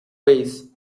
ways